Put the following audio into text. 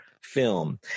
film